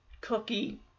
Cookie